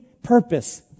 Purpose